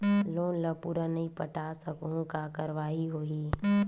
Loan ला पूरा नई पटा सकहुं का कारवाही होही?